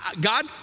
God